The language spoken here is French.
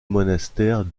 monastère